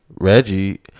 Reggie